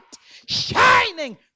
Shining